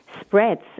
spreads